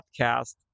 podcast